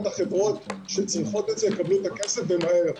החברות שצריכת את זה יקבלו את הכסף ומהר.